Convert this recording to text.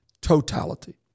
Totality